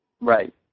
Right